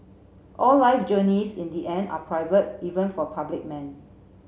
all life journeys in the end are private even for public men